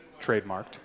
trademarked